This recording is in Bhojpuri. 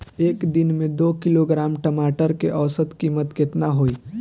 एक दिन में दो किलोग्राम टमाटर के औसत कीमत केतना होइ?